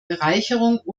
bereicherung